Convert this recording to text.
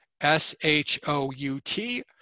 S-H-O-U-T